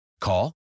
Call